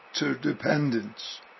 interdependence